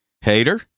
hater